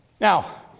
Now